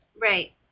Right